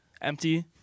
Empty